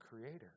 creator